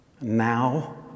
Now